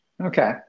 Okay